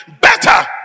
better